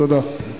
תודה.